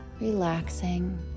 relaxing